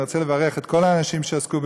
אני רוצה לברך את כל האנשים שעסקו בזה,